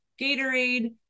Gatorade